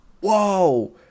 Whoa